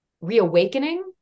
reawakening